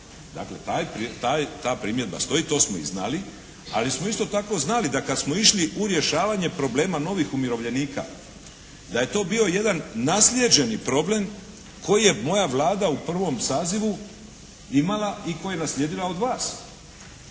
Dakle, ta primjedba stoji, to smo i znali ali smo isto tako znali da kad smo išli u rješavanje problema novih umirovljenika da je to bio jedan naslijeđeni problem koji je moja Vlada u prvom sazivu imala i koji je naslijedila od vas.